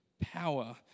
power